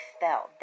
felt